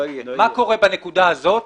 ומה יקרה בנקודה הזאת?